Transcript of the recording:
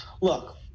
look